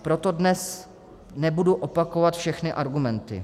Proto dnes nebudu opakovat všechny argumenty.